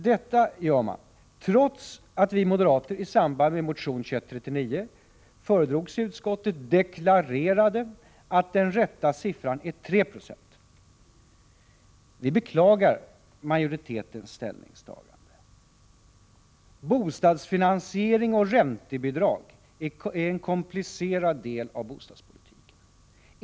Detta gör man trots att vi moderater i samband med att motion 2139 föredrogs i utskottet deklarerade att den rätta procentenheten är 3 Zo. Vi beklagar majoritetens ställningstagande. Bostadsfinansiering och räntebidrag är komplicerade delar av bostadspolitiken.